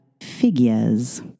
figures